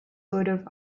votive